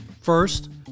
First